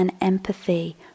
empathy